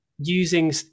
using